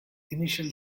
initial